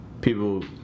people